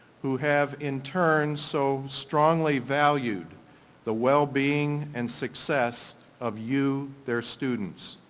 who have in turn so strongly valued the wellbeing and success of you their students.